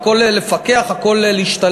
על הכול לפקח, על הכול להשתלט?